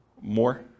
More